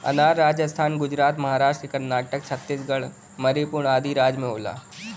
अनार राजस्थान गुजरात महाराष्ट्र कर्नाटक छतीसगढ़ मणिपुर आदि राज में होला